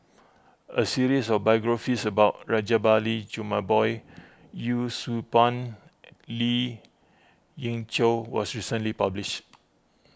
a series of biographies about Rajabali Jumabhoy Yee Siew Pun Lien Ying Chow was recently published